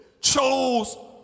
chose